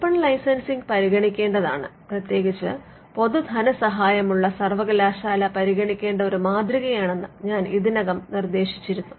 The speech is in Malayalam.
ഓപ്പൺ ലൈസൻസിംഗ് പരിഗണിക്കേണ്ടതാണ് പ്രതേകിച്ചും പൊതു ധനസഹായമുള്ള സർവകലാശാല പരിഗണിക്കേണ്ട ഒരു മാതൃകയാണെന്ന് ഞാൻ ഇതിനകം നിർദ്ദേശിച്ചിരുന്നു